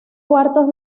cuartos